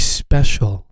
special